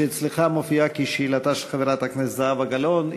שאצלך מופיעה כשאלתה של חברת הכנסת זהבה גלאון.